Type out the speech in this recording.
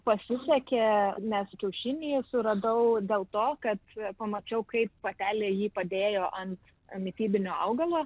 pasisekė nes kiaušinį suradau dėl to kad pamačiau kaip patelė jį padėjo ant mitybinio augalo